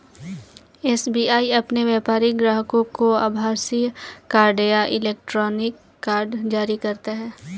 SBI अपने व्यापारिक ग्राहकों को आभासीय कार्ड या इलेक्ट्रॉनिक कार्ड जारी करता है